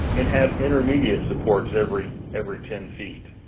and have intermediate supports every every ten feet.